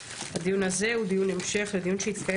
הדיון הזה הוא דיון המשך לדיון שהתקיים